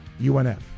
UNF